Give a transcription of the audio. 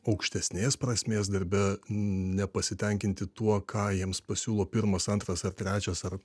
aukštesnės prasmės darbe nepasitenkinti tuo ką jiems pasiūlo pirmas antras ar trečias ar